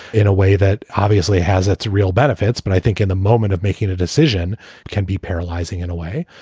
in a way that obviously has its real benefits. but i think in the moment of making a decision can be paralyzing in a way.